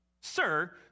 Sir